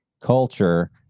culture